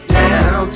down